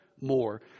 more